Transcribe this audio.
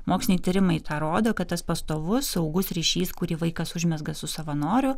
moksliniai tyrimai tą rodo kad tas pastovus saugus ryšys kurį vaikas užmezga su savanoriu